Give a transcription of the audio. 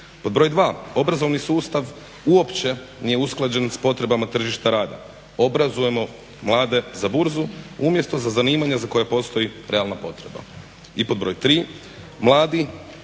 Pod broj dva, obrazovni sustav uopće nije usklađen sa potrebama tržišta rada. Obrazujemo mlade za burzu umjesto za zanimanja za koja postoji realna potreba. I pod broj tri, mladi